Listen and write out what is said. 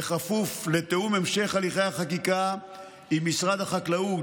בכפוף לתיאום המשך הליכי החקיקה עם משרד החקלאות,